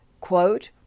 quote